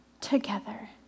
together